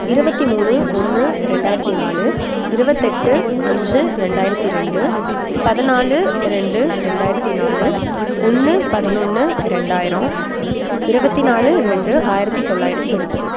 இருபத்தி மூணு ஒன்று ரெண்டாயிரத்தி நாலு இருபத்தெட்டு அஞ்சு ரெண்டாயிரத்தி ரெண்டு பதிநாலு இரண்டு ரெண்டாயிரத்தி நாலு ஒன்று பதினொன்னு இரண்டாயிரம் இருபத்தி நாலு ரெண்டு ஆயிரத்தி தொள்ளாயிரத்தி எண்பது